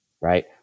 right